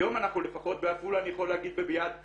היום אנחנו לפחות בעפולה אני יכול להגיד עם יד הלב,